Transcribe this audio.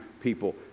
people